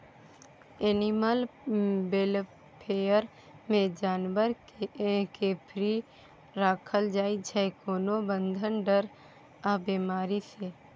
animal welfare मे जानबर केँ फ्री राखल जाइ छै कोनो बंधन, डर आ बेमारी सँ